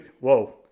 whoa